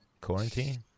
Quarantine